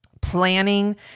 planning